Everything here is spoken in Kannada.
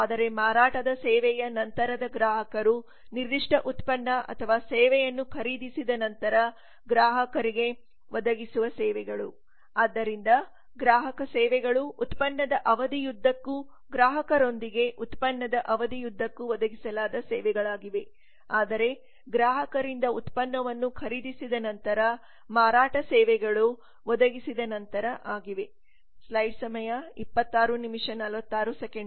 ಆದರೆ ಮಾರಾಟದ ಸೇವೆಯ ನಂತರದ ಗ್ರಾಹಕರು ನಿರ್ದಿಷ್ಟ ಉತ್ಪನ್ನ ಅಥವಾ ಸೇವೆಯನ್ನು ಖರೀದಿಸಿದ ನಂತರ ಗ್ರಾಹಕರಿಗೆ ಒದಗಿಸುವ ಸೇವೆಗಳು ಆದ್ದರಿಂದ ಗ್ರಾಹಕ ಸೇವೆಗಳು ಉತ್ಪನ್ನದ ಅವಧಿಯುದ್ದಕ್ಕೂ ಗ್ರಾಹಕರೊಂದಿಗೆ ಉತ್ಪನ್ನದ ಅವಧಿಯುದ್ದಕ್ಕೂ ಒದಗಿಸಲಾದ ಸೇವೆಗಳಾಗಿವೆ ಆದರೆ ಗ್ರಾಹಕರಿಂದ ಉತ್ಪನ್ನವನ್ನು ಖರೀದಿಸಿದ ನಂತರ ಮಾರಾಟ ಸೇವೆಗಳು ಒದಗಿಸಿದ ನಂತರ ಆಗಿವೆ